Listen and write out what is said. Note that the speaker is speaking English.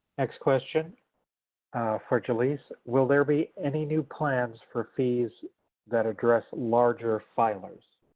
next question for jalyce. will there be any new plans for fees that address larger filers?